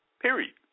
period